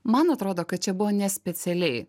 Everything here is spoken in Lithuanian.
man atrodo kad čia buvo ne specialiai